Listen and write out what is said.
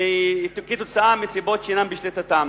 מסיבות שאינן בשליטתם,